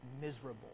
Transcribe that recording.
miserable